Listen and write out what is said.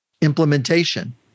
implementation